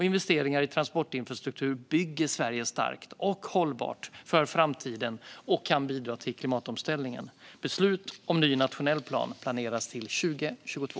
Investeringar i transportinfrastruktur bygger Sverige starkt och hållbart för framtiden och kan bidra till klimatomställningen. Beslut om en ny nationell plan planeras till 2022.